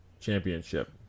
Championship